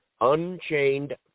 unchained